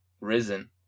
risen